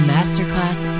Masterclass